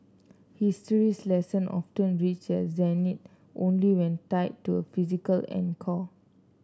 history's lesson often reach their zenith only when tied to a physical anchor